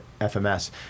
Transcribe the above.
FMS